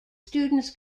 students